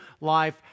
life